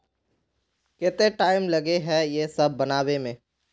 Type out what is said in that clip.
केते टाइम लगे है ये सब बनावे में?